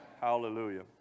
Hallelujah